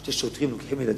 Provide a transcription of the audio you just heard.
שני שוטרים לוקחים ילדים.